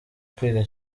kwiga